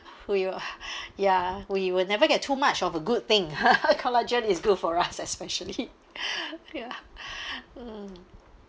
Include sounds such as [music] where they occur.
for you ah [breath] ya we will never get too much of a good thing [laughs] collagen is good for us especially [breath] ya mm